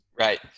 Right